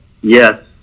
Yes